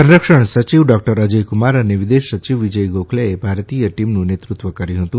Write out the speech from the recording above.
સંરક્ષણ સચિવ ડોકટર અજયકુમાર અને વિદેશ સચિવ વિજય ગોખલેએ ભારતીય ટીમનું નેતૃત્વ કર્યું હતું